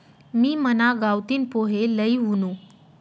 मी मना गावतीन पोहे लई वुनू